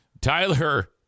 Tyler